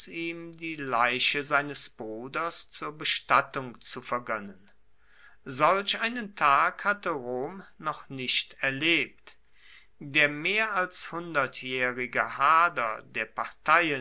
ihm die leiche seines bruders zur bestattung zu vergönnen solch einen tag hatte rom noch nicht erlebt der mehr als hundertjährige hader der parteien